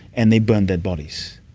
and they burn dead bodies.